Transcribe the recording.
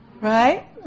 Right